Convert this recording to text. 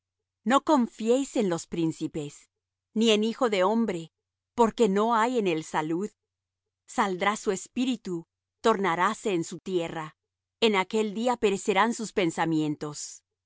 no confiéis en los príncipes ni en hijo de hombre porque no hay en él salud saldrá su espíritu tornaráse en su tierra en aquel día perecerán sus pensamientos